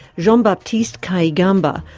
yeah um baptiste kayigamba,